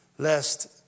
lest